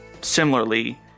similarly